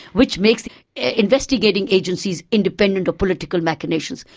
which makes investigating agencies independent of political machinations,